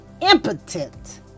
impotent